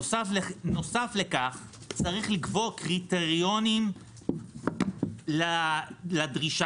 בנוסף, יש לקבוע קריטריונים לדרישה.